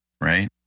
right